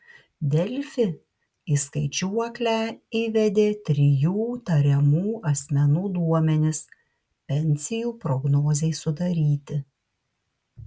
delfi į skaičiuoklę įvedė trijų tariamų asmenų duomenis pensijų prognozei sudaryti